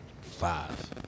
Five